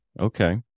Okay